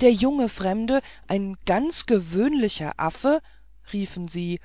der junge fremde ein ganz gewöhnlicher affe riefen sie